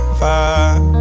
vibe